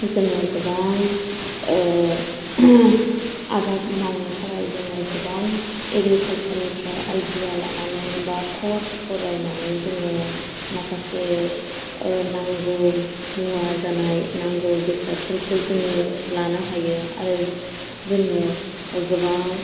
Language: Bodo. जोङो गोबां आबाद मावनो थाखाय जोङो गोबां एग्रिकाल्सार निफ्राय आइडिया लानानै एबा कर्स फरायनानै जोङो माखासे नांगौ मुवा जानाय नांगौ बेसादफोरखौ जोङो लानो हायो आरो जोङो गोबां